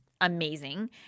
amazing